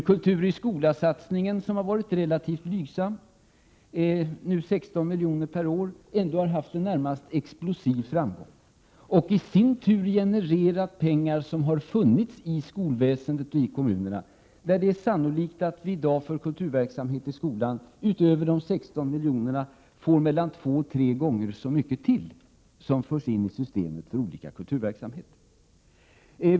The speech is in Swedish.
Kultur i skola-satsningen, som med sina 16 miljoner per år varit relativt blygsam, har ändå haft en närmast explosiv framgång, och i sin tur genererat pengar som funnits i skolväsendet och i kommunerna. Det är sannolikt att vi i dag för kulturverksamhet i skolan utöver dessa 16 miljoner per år får mellan två och tre gånger så mycket till som förs in i systemet för olika kulturverksamheter.